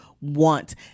want